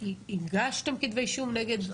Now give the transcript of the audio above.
הגשתם כתבי אישום נגד,